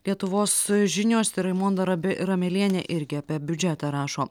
lietuvos žinios raimonda rabi ramelienė irgi apie biudžetą rašo